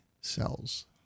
cells